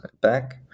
back